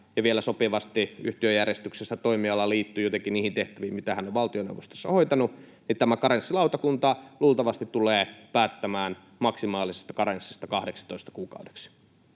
ja vielä sopivasti yhtiöjärjestyksessä toimiala liittyy jotenkin niihin tehtäviin, mitä hän on valtioneuvostossa hoitanut, karenssilautakunta luultavasti tulee päättämään maksimaalisesta karenssista 12 kuukaudeksi.